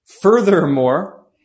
Furthermore